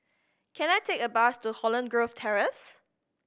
can I take a bus to Holland Grove Terrace